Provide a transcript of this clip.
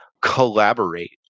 collaborate